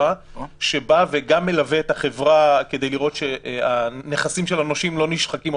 שמלווה את החברה כדי לראות שהנכסים של הנושים לא נשחקים,